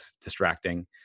distracting